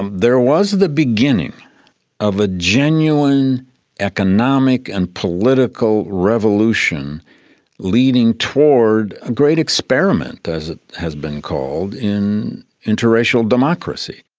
um there was the beginning of a genuine economic and political revolution leading toward a great experiment, as it has been called, in interracial democracy.